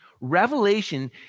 Revelation